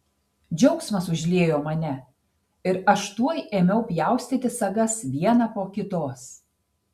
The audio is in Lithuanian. džiaugsmas užliejo mane ir aš tuoj ėmiau pjaustyti sagas vieną po kitos